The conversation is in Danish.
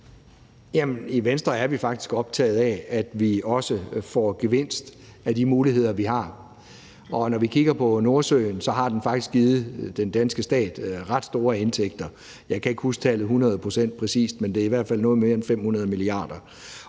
i Venstre er vi faktisk optaget af, at vi også får gevinst af de muligheder, vi har, og når vi kigger på Nordsøen, har den faktisk givet den danske stat ret store indtægter. Jeg kan ikke huske tallet hundrede procent præcist, men det er i hvert fald noget mere end 500 mia. kr.